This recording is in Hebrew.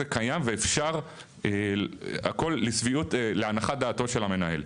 קיים ואפשר הכול להנחת דעתו של המנהל.